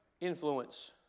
Influence